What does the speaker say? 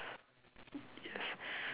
yes